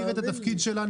אתה מכיר את התפקיד שלנו,